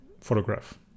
photograph